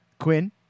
Quinn